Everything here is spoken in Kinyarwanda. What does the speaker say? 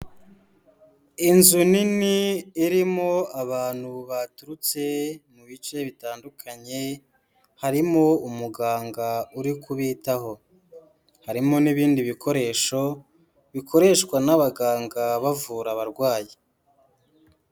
Inzu nini irimo abantu baturutse mu bice bitandukanye, harimo umuganga uri kubitaho, harimo n'ibindi bikoresho bikoreshwa n'abaganga bavura abarwayi.